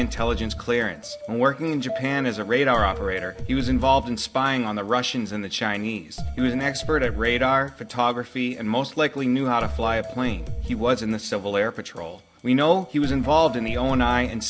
intelligence clearance working in japan as a radar operator he was involved in spying on the russians and the chinese he was an expert at radar photography and most likely knew how to fly a plane he was in the civil air patrol we know he was involved in the only nine and